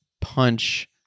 punch